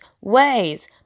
ways